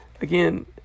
again